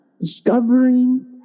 discovering